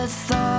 thought